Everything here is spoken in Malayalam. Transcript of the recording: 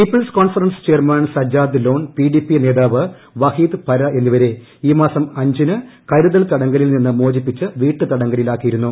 people's conference chairman Sajjad Lone PDP നേതാവ് ്വഹീദ് പര എന്നിവരെ ഈ മാസം അഞ്ചിന് കരുതൽ തടങ്കലിൽ നിന്ന് മോചിപ്പിച്ച് വീട്ട് തടങ്കലിലാക്കിയിരുന്നു